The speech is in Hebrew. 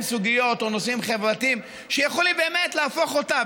סוגיות או נושאים חברתיים שיכולים באמת להפוך אותה,